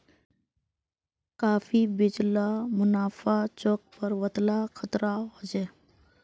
काफी बेच ल मुनाफा छोक पर वतेला खतराओ छोक